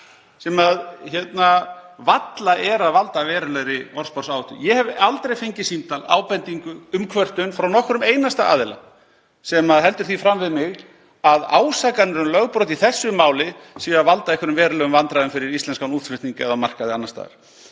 sem varla veldur verulegri orðsporsáhættu. Ég hef aldrei fengið símtal, ábendingu, umkvörtun frá nokkrum einasta aðila sem heldur því fram við mig að ásakanir um lögbrot í þessu máli séu að valda einhverjum verulegum vandræðum fyrir íslenskan útflutning eða á markaði annars staðar.